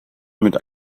mit